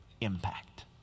impact